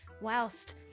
whilst